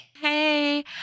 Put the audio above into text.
hey